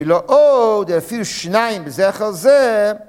ולא עוד, אלא אפילו שניים בזה אחר זה.